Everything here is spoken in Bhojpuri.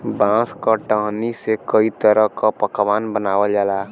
बांस क टहनी से कई तरह क पकवान बनावल जाला